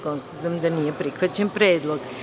Konstatujem da nije prihvaćen predlog.